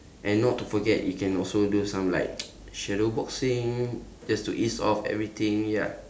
and not to forget you can also do some like shadow boxing just to ease off everything ya